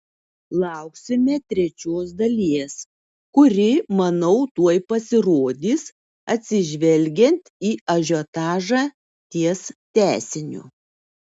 lauksime trečios dalies kuri manau tuoj pasirodys atsižvelgiant į ažiotažą ties tęsiniu